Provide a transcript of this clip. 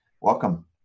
Welcome